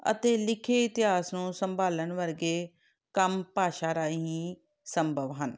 ਅਤੇ ਲਿਖੇ ਇਤਿਹਾਸ ਨੂੰ ਸੰਭਾਲਣ ਵਰਗੇ ਕੰਮ ਭਾਸ਼ਾ ਰਾਹੀਂ ਹੀ ਸੰਭਵ ਹਨ